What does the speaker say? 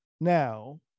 now